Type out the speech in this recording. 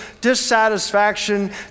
dissatisfaction